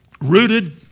rooted